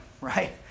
right